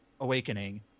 Awakening